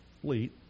Fleet